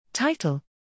Title